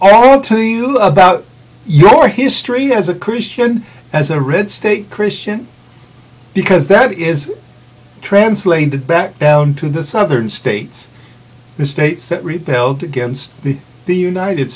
telling you about your history as a christian as a red state christian because that is translated back down to the southern states and states that rebelled against the united